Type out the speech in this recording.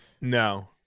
no